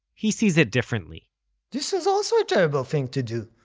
he sees it differently this is also a terrible thing to do.